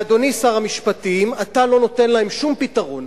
אדוני שר המשפטים, אתה לא נותן להם שום פתרון.